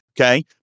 Okay